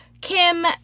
Kim